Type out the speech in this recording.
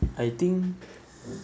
I think